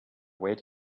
wait